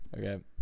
Okay